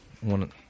one